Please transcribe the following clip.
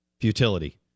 Futility